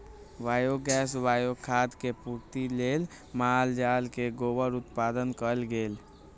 biogas, bio खाद के पूर्ति लेल माल जाल से गोबर उत्पादन कएल गेल